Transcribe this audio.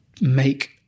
make